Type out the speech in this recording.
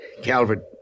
Calvert